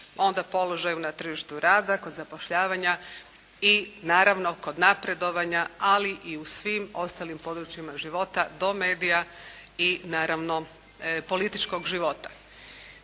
onda položaju na tržištu rada kod zapošljavanja i naravno kod napredovanja, ali i u svim ostalim područjima života do medija i naravno političkog života.